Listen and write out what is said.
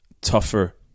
tougher